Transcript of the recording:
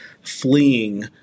fleeing